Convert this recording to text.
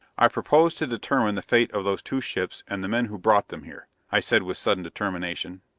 i propose to determine the fate of those two ships and the men who brought them here, i said with sudden determination.